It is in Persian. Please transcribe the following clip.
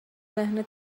ذهن